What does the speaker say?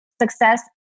success